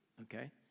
okay